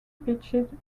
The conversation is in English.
pitched